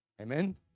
Amen